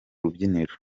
rubyiniro